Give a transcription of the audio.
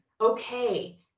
Okay